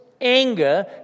anger